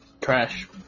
Trash